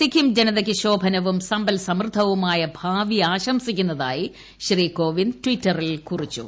സിക്കിം ജനതയ്ക്ക് ശോഭനവും സമ്പൽസമൃദ്ധവുമായ ഭാവി ആശംസിക്കുന്നതായി ശ്രീ കോവിദ് ടിറ്ററിൽ കൂറിച്ചു